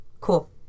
Cool